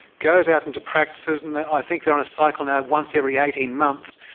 goes out into practices, and i think they're on a cycle now of once every eighteen months,